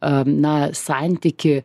am na santykį